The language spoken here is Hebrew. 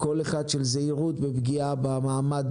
אחד של זהירות וחשש מפגיעה במעמד